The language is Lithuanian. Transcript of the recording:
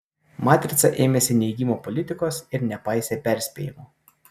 matrica ėmėsi neigimo politikos ir nepaisė perspėjimo